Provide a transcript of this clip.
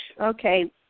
Okay